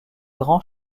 grand